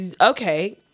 okay